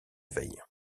veille